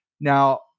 now